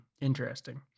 Interesting